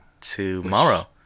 tomorrow